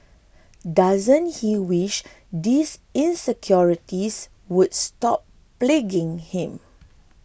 doesn't he wish these insecurities would stop plaguing him